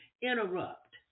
interrupt